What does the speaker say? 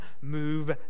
move